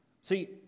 See